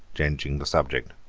changing the subject.